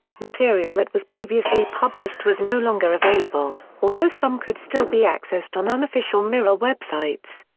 material that was previously published was no longer available, although some could still be accessed on unofficial mirror websites.